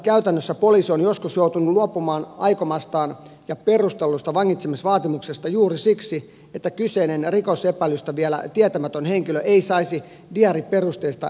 esitutkintakäytännössä poliisi on joskus joutunut luopumaan aikomastaan ja perustellusta vangitsemisvaatimuk sesta juuri siksi että kyseinen rikosepäilystä vielä tietämätön henkilö ei saisi diaariperusteista ennakkovaroitusta